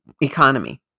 economy